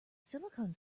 silicon